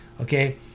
Okay